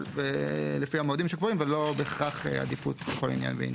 אבל לפי המועדים שקבועים ולא בהכרח עדיפות לכל עניין ועניין.